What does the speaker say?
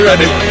Ready